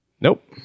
Nope